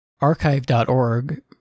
Archive.org